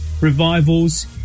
revivals